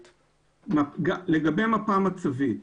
לגבי מפה מצבית.